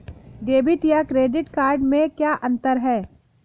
Debit या credit card में क्या अन्तर है?